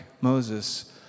Moses